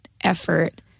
effort